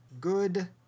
good